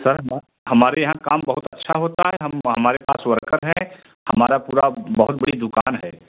sir ना हमारे यहाँ काम बहुत अच्छा होता है हम हमारे पास वर्कर है हमारी पूरी बहुत बड़ी दुकान है